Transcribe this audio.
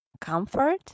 Comfort